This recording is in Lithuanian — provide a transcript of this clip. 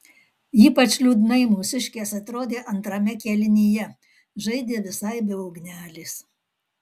ypač liūdnai mūsiškės atrodė antrame kėlinyje žaidė visai be ugnelės